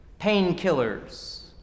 painkillers